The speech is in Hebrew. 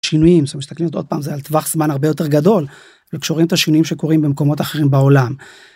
שינויים, שמסתכלות, עוד פעם זה על טווח זמן הרבה יותר גדול וכשרואים את השינויים שקורים במקומות אחרים בעולם.